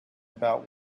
about